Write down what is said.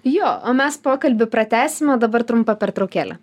jo o mes pokalbį pratęsime o dabar trumpa pertraukėlė